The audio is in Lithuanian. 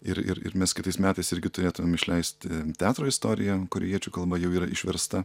ir ir ir mes kitais metais irgi turėtumėm išleisti teatro istoriją korėjiečių kalba jau yra išversta